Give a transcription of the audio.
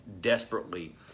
desperately